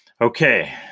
Okay